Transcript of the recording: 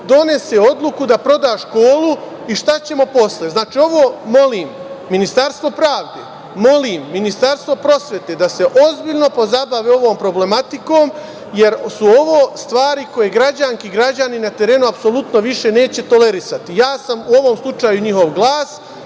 donese odluku da proda školu i šta ćemo posle? Molim Ministarstvo pravde, molim Ministarstvo prosvete da se ozbiljno pozabave ovom problematikom, jer su ovo stvari koje građanke i građani na terenu apsolutno više neće tolerisati. Ja sam u ovom slučaju njihov glas.